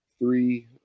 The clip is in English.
three